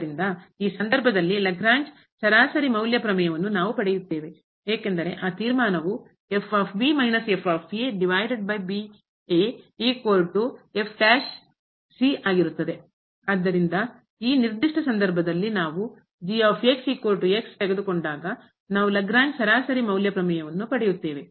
ಆದ್ದರಿಂದ ಈ ಸಂದರ್ಭದಲ್ಲಿ ಲಾಗ್ರೇಂಜ್ ಸರಾಸರಿ ಮೌಲ್ಯ ಪ್ರಮೇಯವನ್ನು ನಾವು ಪಡೆಯುತ್ತೇವೆ ಏಕೆಂದರೆ ಆ ತೀರ್ಮಾನವು ಆದ್ದರಿಂದ ಈ ನಿರ್ದಿಷ್ಟ ಸಂದರ್ಭದಲ್ಲಿ ನಾವು ತೆಗೆದುಕೊಂಡಾಗ ನಾವು ಲಾಗ್ರೇಂಜ್ ಸರಾಸರಿ ಮೌಲ್ಯ ಪ್ರಮೇಯವನ್ನು ಪಡೆಯುತ್ತೇವೆ